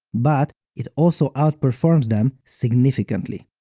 but it also outperforms them significantly.